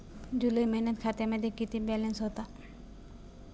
जुलै महिन्यात खात्यामध्ये किती बॅलन्स होता?